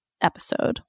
episode